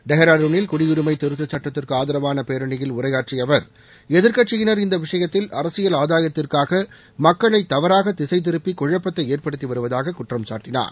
டேராடுனில் குடியுரிமை திருத்தச்சுட்டத்திற்கு ஆதரவான பேரணியில் உரையாற்றிய அவர் எதிர்க்கட்சியினர் இந்த விஷயத்தில் அரசியல் ஆதாயத்திற்காக மக்களை தவறாக திசை திருப்பி குழப்பத்தை ஏற்படுத்தி வருவதாக குற்றம்சாட்டினார்